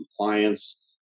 compliance